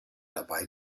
dabei